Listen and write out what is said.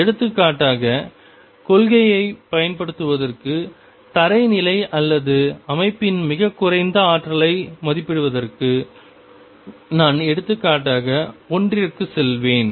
எடுத்துக்காட்டாக கொள்கையைப் பயன்படுத்துவதற்கு தரை நிலை அல்லது ஒரு அமைப்பின் மிகக் குறைந்த ஆற்றலை மதிப்பிடுவதற்கு நான் எடுத்துக்காட்டாக ஒன்றிற்குச் செல்வேன்